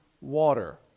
water